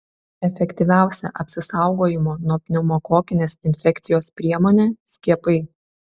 efektyviausia apsisaugojimo nuo pneumokokinės infekcijos priemonė skiepai